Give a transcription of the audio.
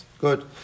Good